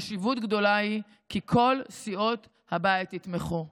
יש חשיבות גדולה כי כל סיעות הבית יתמכו בה.